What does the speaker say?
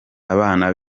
abana